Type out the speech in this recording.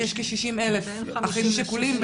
יש כ-60,000 אחים שכולים,